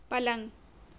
پلنگ